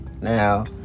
Now